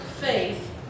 faith